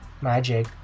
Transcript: magic